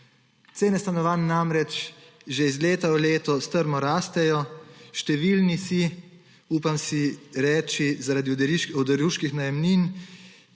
Cene stanovanj namreč iz leta v leto strmo rastejo, številni, upam si reči, zaradi oderuških najemnin